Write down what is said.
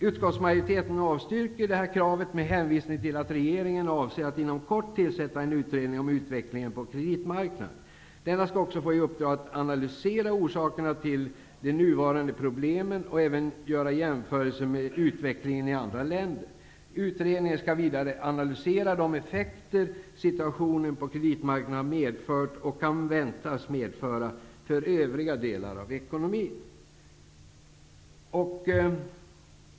Utskottsmajoriteten avstyrker det kravet med hänvisning till att regeringen avser att inom kort tillsätta en utredning om utvecklingen på kreditmarknaden. Denna skall också få i uppdrag att analysera orsakerna till de nuvarande problemen och även göra jämförelser med utvecklingen i andra länder. Utredningen skall vidare analysera de effekter situationen på kreditmarknaden har medfört och kan väntas medföra för övriga delar av ekonomin.